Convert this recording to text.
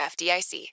FDIC